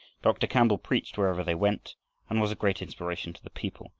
dr. campbell preached wherever they went and was a great inspiration to the people,